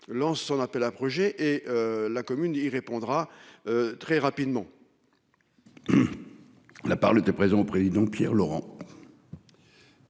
Lance son appel à projets et la commune. Il répondra. Très rapidement.-- La parole était présent au président Pierre Laurent.--